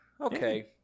Okay